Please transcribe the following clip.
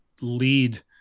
lead